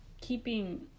keeping